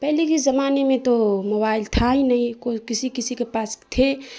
پہلے کے زمانے میں تو موبائل تھا ہی نہیں کوئی کسی کسی کے پاس تھے